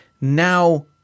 now